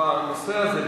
בנושא הזה,